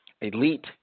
elite